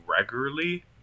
regularly